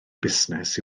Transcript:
busnes